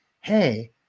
hey